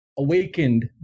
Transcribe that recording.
awakened